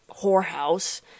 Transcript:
whorehouse